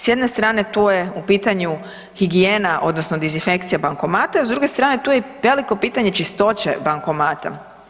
S jedne strane tu je u pitanju higijena odnosno dezinfekcija bankomata, a s druge strane tu je i veliko pitanje čistoće bankomata.